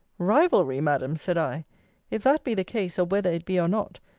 rivalry! madam, said i if that be the case, or whether it be or not,